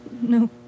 No